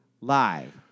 live